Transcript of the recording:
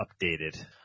updated